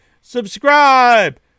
Subscribe